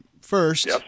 First